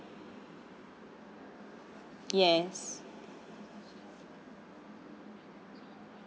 yes